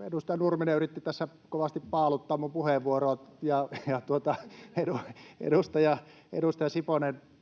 edustaja Nurminen yritti tässä kovasti paaluttaa minun puheenvuoroani ja edustaja Siponen